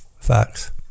facts